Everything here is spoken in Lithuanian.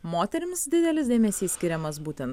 moterims didelis dėmesys skiriamas būtent